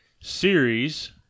series